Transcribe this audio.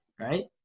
right